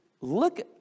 look